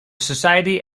society